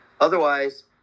Otherwise